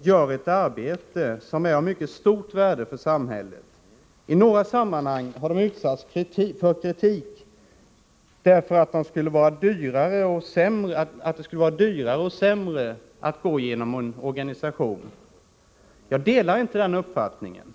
gör ett arbete som är av mycket stort värde för samhället. I några sammanhang har de utsatts för kritik för att det skulle vara dyrare och sämre att gå genom en organisation. Jag delar inte den uppfattningen.